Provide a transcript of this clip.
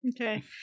Okay